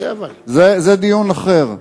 זה דיון אחר.